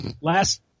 last